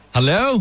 Hello